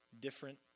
different